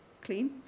clean